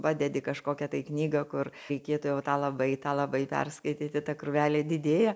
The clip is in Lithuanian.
padedi kažkokią knygą kur reikėtų jau tą labai tą labai perskaityti ta krūvelė didėja